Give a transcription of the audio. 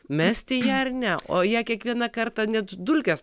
mesti ją ar ne o ją kiekvieną kartą net dulkes